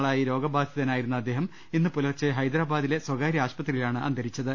ഏറെ നാളായി രോഗബാ ധിതനായിരുന്ന അദ്ദേഹം ഇന്ന് പുലർച്ചെ ഹൈദരബാദിലെ സ്വകാര്യ ആശുപത്രിയിലാണ് അന്തരിച്ചത്